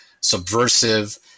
subversive